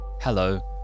Hello